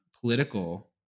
political